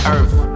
Earth